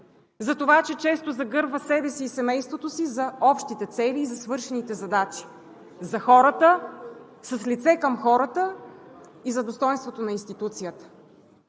за това, че често загърбва себе си и семейството си за общите цели и свършените задачи, с лице към хората и за достойнството на институцията.